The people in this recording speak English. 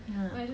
ya